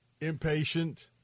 impatient